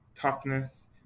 toughness